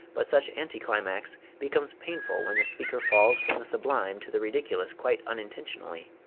but such anti-climax becomes painful when the speaker falls from the sublime to the ridiculous quite unintentionally.